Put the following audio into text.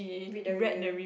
read the review